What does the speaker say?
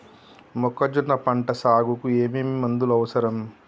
మొక్కజొన్న పంట సాగుకు ఏమేమి మందులు అవసరం?